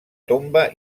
tomba